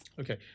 Okay